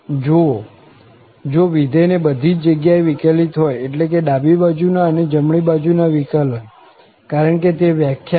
જોવો જો વિધેય ને બધી જગ્યાએ વિકલિત હોય એટલે કે ડાબી બાજુ ના અને જમણી બાજુ ના વિકલન કારણ કે તે વ્યાખ્યા છે